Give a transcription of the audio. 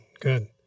good